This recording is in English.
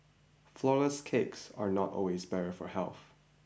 flourless cakes are not always better for health